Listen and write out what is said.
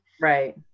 Right